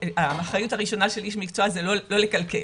האחריות הראשונה של איש מקצוע זה לא לקלקל,